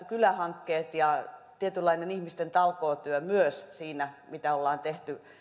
kylähankkeet ja tietynlainen ihmisten talkootyö myös siinä mitä ollaan tehty